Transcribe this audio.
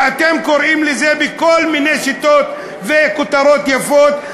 ואתם קוראים לזה בכל מיני שיטות וכותרות יפות.